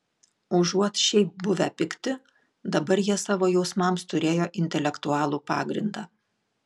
užuot šiaip buvę pikti dabar jie savo jausmams turėjo intelektualų pagrindą